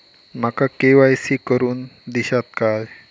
माका के.वाय.सी करून दिश्यात काय?